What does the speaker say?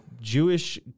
Jewish